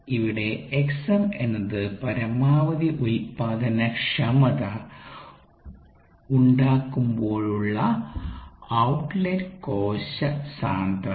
ഇവിടെ Xm എന്നത് പരമാവധി ഉൽപാദനക്ഷമത ഉണ്ടാകുമ്പോഴുള്ള ഔട്ട്ലെറ്റ് കോശ ഗാഢത